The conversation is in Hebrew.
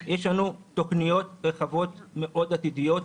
יש לנו תוכניות רחבות עתידיות,